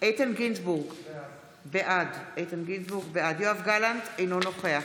איתן גינזבורג, בעד יואב גלנט, אינו נוכח